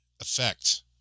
effect